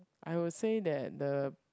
I will say that the